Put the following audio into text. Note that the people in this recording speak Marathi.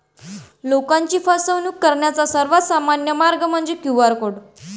लोकांची फसवणूक करण्याचा सर्वात सामान्य मार्ग म्हणजे क्यू.आर कोड